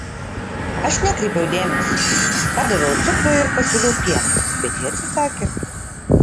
aš nekreipiau dėmesio padaviau cukrų ir pasiūliau pieno bet ji atsisakė